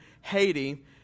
Haiti